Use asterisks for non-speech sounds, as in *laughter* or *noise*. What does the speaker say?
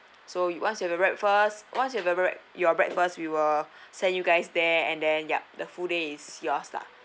so once you have your breakfast once you have your break~ your breakfast we will *coughs* send you guys there and then ya the full day is yours lah